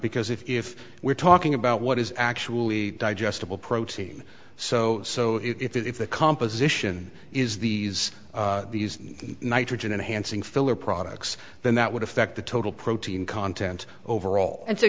because if we're talking about what is actually digestible protein so so if the composition is these these nitrogen and hansing filler products then that would affect the total protein content overall and so